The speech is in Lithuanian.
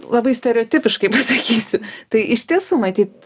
labai stereotipiškai pasakysiu tai iš tiesų matyt